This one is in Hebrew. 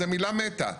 זו מילה מתה.